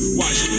watch